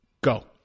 go